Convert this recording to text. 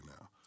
now